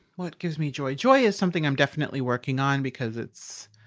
what gives me joy? joy is something i'm definitely working on because it's,